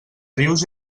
rius